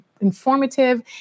informative